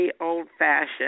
old-fashioned